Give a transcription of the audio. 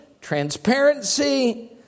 transparency